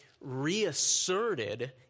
reasserted